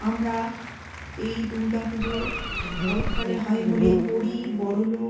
আমরা এই দুর্গা পুজো শরৎকালে হয় বলে গরীব বড়োলোক